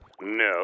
No